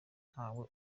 ntawe